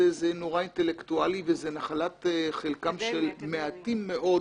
זה נורא אינטלקטואלי וזה נחלתם של מעטים מאוד.